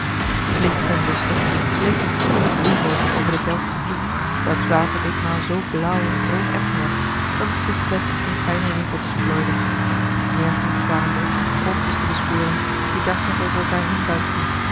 en lustig gleed een sierlijk roeibootje over den delftschen vliet welks water ditmaal zoo blauw en zoo effen was dat het zich slechts in fijne rimpeltjes plooide nergens waren driftige golfjes te bespeuren die dartelend over elkaâr heenbuitelden